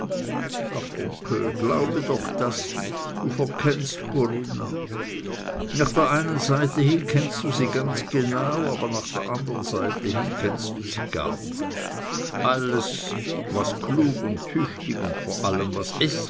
ach onkel glaube doch das nicht du verkennst corinna nach der einen seite hin kennst du sie ganz genau aber nach der anderen seite hin kennst du sie gar nicht alles was klug und tüchtig und vor allem was